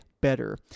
better